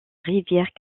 rivière